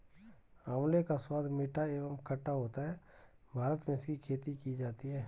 आंवले का स्वाद मीठा एवं खट्टा होता है भारत में इसकी खेती की जाती है